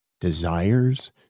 desires